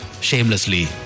shamelessly